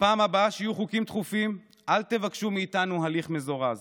בפעם הבאה שיהיו חוקים דחופים אל תבקשו מאיתנו הליך מזורז.